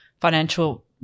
financial